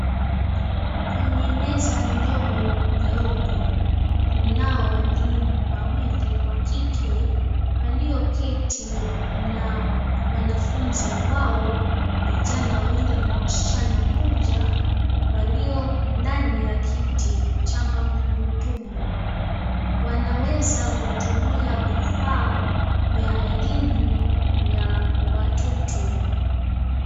Kwenye meza ndogo nyeupe kunao walimu wawili wa kike walioketi na wanafunzi wao vijana wawili na msichana mmoja walio ndani ya kiti cha magurudumu. Wanaweza kutumia vifaa vya elimu vya watoto.